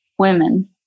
women